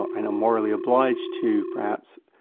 are and morally obliged to perhaps,